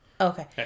okay